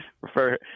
refer